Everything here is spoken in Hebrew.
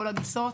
כל הגיסות,